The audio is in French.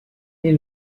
est